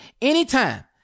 anytime